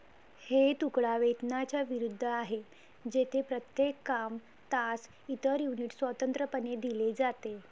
हे तुकडा वेतनाच्या विरुद्ध आहे, जेथे प्रत्येक काम, तास, इतर युनिट स्वतंत्रपणे दिले जाते